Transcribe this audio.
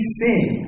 sing